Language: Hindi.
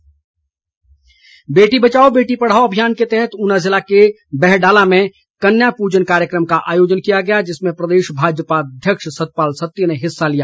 सत्ती बेटी बचाओ बेटी पढ़ाओ अभियान के तहत ऊना जिला के बहडाला में कन्या पूजन कार्यक्रम का आयोजन किया गया जिसमें प्रदेश भाजपा अध्यक्ष सतपाल सत्ती ने हिस्सा लिया